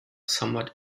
somewhat